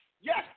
yes